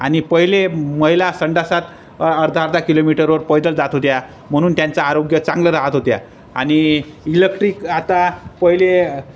आणि पहिले महिला संडासात अर्धा अर्धा किलोमीटरवर पैदल जात होत्या म्हणून त्यांचं आरोग्य चांगलं राहत होत्या आणि इलेक्ट्रिक आता पहिले